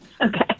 Okay